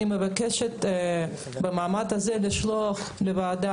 אני מבקשת מכם גם במעמד הזה לשלוח לוועדה,